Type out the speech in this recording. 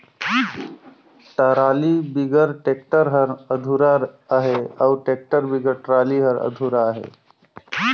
trolley बिगर tractor हर अधुरा अहे अउ टेक्टर बिगर टराली हर अधुरा अहे